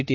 T